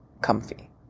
Comfy